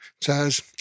says